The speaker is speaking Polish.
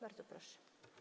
Bardzo proszę.